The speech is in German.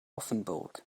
offenburg